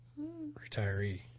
Retiree